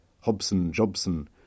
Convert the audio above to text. Hobson-Jobson